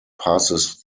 passes